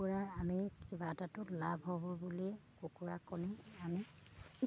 কুকুৰা আমি কিবা এটাতো লাভ হ'ব বুলিয়ে কুকুৰা কণী আমি